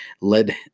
led